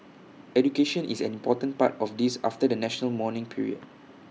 education is an important part of this after the national mourning period